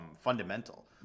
fundamental